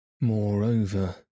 Moreover